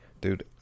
Dude